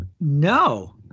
No